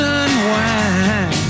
unwind